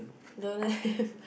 don't have